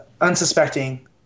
Unsuspecting